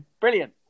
brilliant